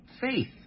faith